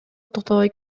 токтобой